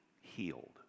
healed